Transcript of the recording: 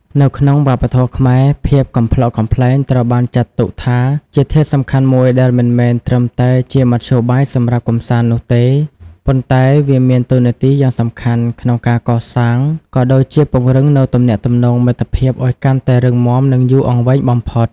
នៅក្នុងវប្បធម៌ខ្មែរ ភាពកំប្លុកកំប្លែងត្រូវបានចាត់ទុកថាជាធាតុសំខាន់មួយដែលមិនមែនត្រឹមតែជាមធ្យោបាយសម្រាប់កម្សាន្តនោះទេ ប៉ុន្តែវាមានតួនាទីយ៉ាងសំខាន់ក្នុងការកសាង ក៏ដូចជាពង្រឹងនូវទំនាក់ទំនងមិត្តភាពឲ្យកាន់តែរឹងមាំនិងយូរអង្វែងបំផុត។